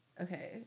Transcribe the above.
okay